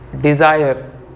desire